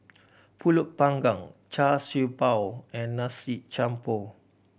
Pulut Panggang Char Siew Bao and nasi jampur